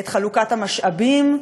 את חלוקת המשאבים,